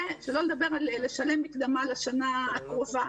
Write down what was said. שלא לדבר על לשלם מקדמה לשנה הקרובה.